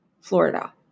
Florida